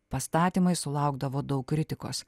pastatymai sulaukdavo daug kritikos